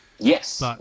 Yes